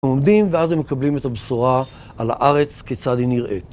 עומדים ואז הם מקבלים את הבשורה על הארץ כיצד היא נראית.